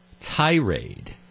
tirade